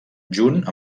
junt